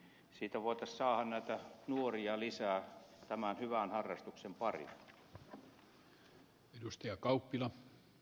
näin voitaisiin saada nuoria lisää tämän hyvän harrastuksen pariin